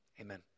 amen